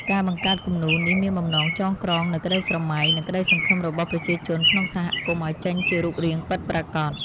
ការបង្កើតគំនូរនេះមានបំណងចងក្រងនូវក្តីស្រមៃ និងក្តីសង្ឃឹមរបស់ប្រជាជនក្នុងសហគមន៍ឱ្យចេញជារូបរាងពិតប្រាកដ។